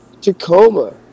Tacoma